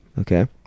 Okay